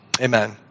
amen